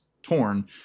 Torn